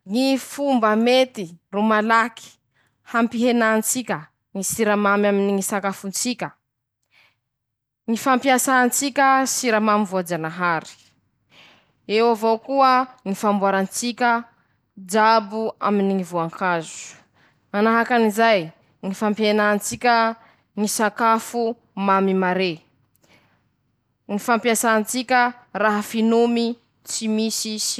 Reto aby ñy karazany ñy tsindrin-tsakafo nandesiny ñy razany ñ'olo mañerany ñy tany ka mba volañiko aminy ñ'olo hañandrama ñ'azy: -Ñy tiramiso baka an'italy añy, -Ñy bakilava baka aaaa torokia, -Ñy kurose an'èspaiñy añy ñy misy azy, -Ñy pastele de nata baka portugaly.